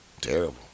Terrible